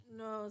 no